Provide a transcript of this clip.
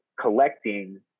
collecting